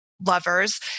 lovers